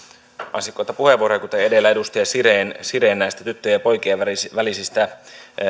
ansiokkaita puheenvuoroja kuten edellä edustaja siren siren näistä tyttöjen ja poikien välisistä välisistä